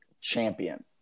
champion